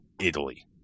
Italy